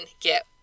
get